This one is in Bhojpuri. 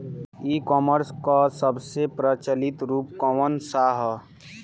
ई कॉमर्स क सबसे प्रचलित रूप कवन सा ह?